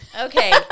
Okay